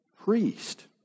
priest